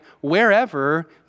wherever